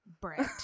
Brett